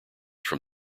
from